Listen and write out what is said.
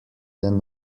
than